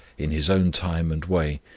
in his own time and way,